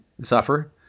suffer